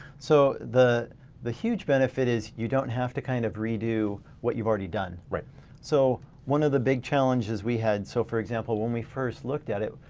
so the the huge benefit is you don't have to kind of redo what you've already done. so one of the big challenges we had so for example, when we first looked at it.